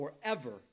forever